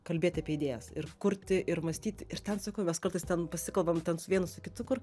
kalbėti apie idėjas ir kurti ir mąstyti ir ten sakau mes kartais ten pasikalbam ten su vienu su kitu kur